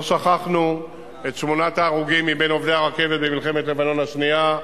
לא שכחנו את שמונת ההרוגים עובדי הרכבת במלחמת לבנון השנייה,